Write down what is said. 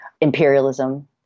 imperialism